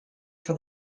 for